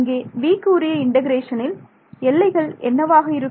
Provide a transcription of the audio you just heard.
இங்கே v க்கு உரிய இண்டெக்ரேஷனில் எல்லைகள் என்னவாக இருக்கும்